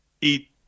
eat